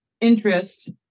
interest